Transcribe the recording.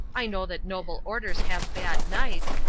i know that noble orders have bad knights,